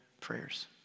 prayers